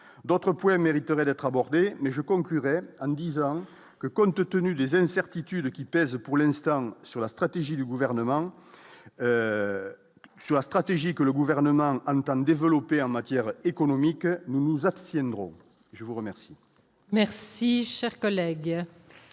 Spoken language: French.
d'autres points mériteraient d'être abordées mais je conclurai en disant que, compte tenu des incertitudes qui pèsent pour l'instant sur la stratégie du gouvernement sur la stratégie que le gouvernement a longtemps développés en matière économique, nous nous abstiendrons je vous remercie.